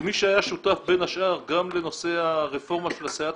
כמי שהיה שותף בין השאר גם לנושא הרפורמה של הסייעת